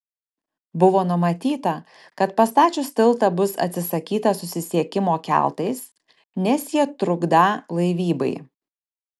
buvo numatyta kad pastačius tiltą bus atsisakyta susisiekimo keltais nes jie trukdą laivybai